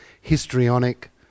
histrionic